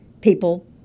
people